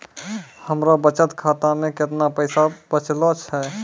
हमरो बचत खाता मे कैतना पैसा बचलो छै?